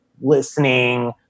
listening